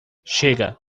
chega